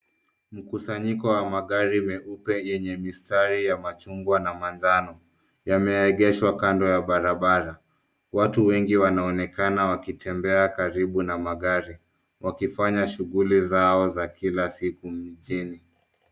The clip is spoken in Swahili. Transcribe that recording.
Mkusanyiko wa magari meupe yenye mistari ya machungwa na manjano yameegeshwa kando ya barabara. Watu wengi wanaonekana wakitembea karibu na magari wakifanya shughuli zao za kila siku mjini.